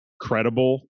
credible